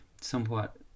somewhat